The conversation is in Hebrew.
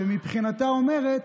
שמבחינתה אומרת: